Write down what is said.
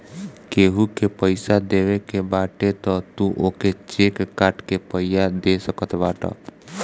केहू के पईसा देवे के बाटे तअ तू ओके चेक काट के पइया दे सकत बाटअ